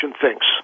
thinks